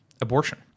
abortion